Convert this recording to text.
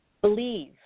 Believe